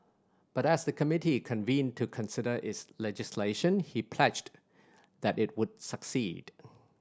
but as the committee convened to consider its legislation he pledged that it would succeed